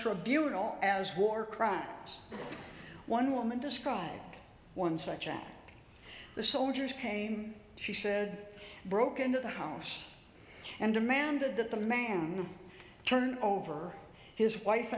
tribunal as war crimes one woman described one such as the soldiers came she said broke into the house and demanded that the man turn over his wife